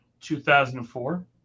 2004